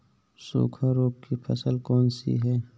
सूखा रोग की फसल कौन सी है?